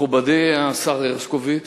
מכובדי, השר הרשקוביץ,